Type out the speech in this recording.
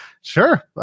Sure